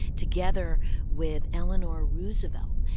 together with eleanor roosevelt,